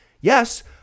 Yes